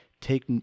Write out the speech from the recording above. Take